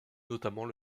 notamment